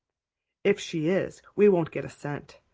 if she is we won't get a cent.